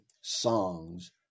songs